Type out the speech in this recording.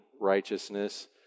righteousness